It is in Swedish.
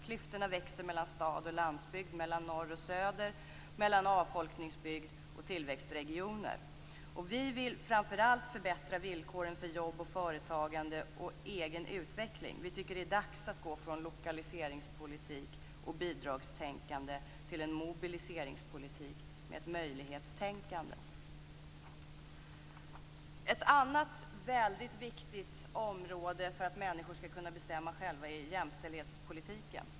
Klyftorna växer mellan stad och landsbygd, mellan norr och söder, mellan avfolkningsbygd och tillväxtregioner. Vi vill framför allt förbättra villkoren för jobb och företagande och egen utveckling. Vi tycker att det är dags att gå från lokaliseringspolitik och bidragstänkande till en mobiliseringspolitik med ett möjlighetstänkande. Ett annat viktigt område för att människor skall kunna bestämma själva är jämställdhetspolitiken.